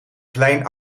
klein